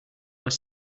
were